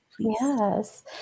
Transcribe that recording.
Yes